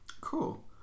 cool